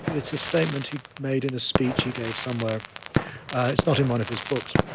it's a statement he made in a speech he gave somewhere it's not in one of his books.